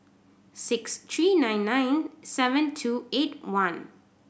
six three nine nine seven two eight one